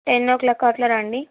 ten ఓ క్లాక్కు అలా రండి